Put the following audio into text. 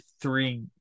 three